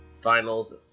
finals